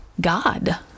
God